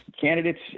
candidates